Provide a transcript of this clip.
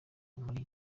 muri